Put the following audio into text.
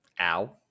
Ow